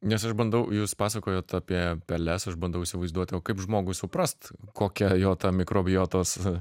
nes aš bandau jūs pasakojot apie peles aš bandau įsivaizduoti o kaip žmogui suprast kokia jo ta mikrobiotos